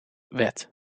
wet